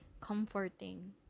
comforting